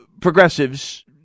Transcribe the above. Progressives